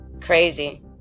Crazy